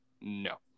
No